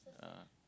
yeah